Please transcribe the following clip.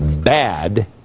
bad